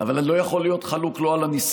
אבל אני לא יכול להיות חלוק על הניסיון